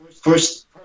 First